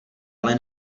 ale